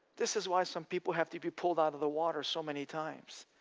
this is why some people have to be pulled out of the water so many times.